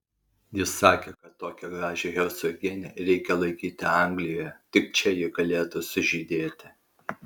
jis sakė kad tokią gražią hercogienę reikia laikyti anglijoje tik čia ji galėtų sužydėti